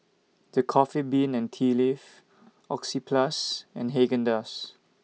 The Coffee Bean and Tea Leaf Oxyplus and Haagen Dazs